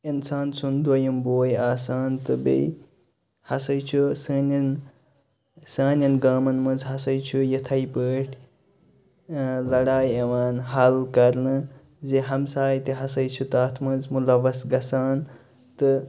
اِنسان سُنٛد دۄیِم بوے آسان تہٕ بیٚیہِ ہسَے چھُ سانٮ۪ن سانٮ۪ن گامَن منٛز ہسَے چھُ یِتھَے پٲٹھۍ لڑایہِ یِوان حَل کرنہٕ زِ ہمساے تہِ ہسَے چھُ تَتھ منٛز مُلوث گژھان تہٕ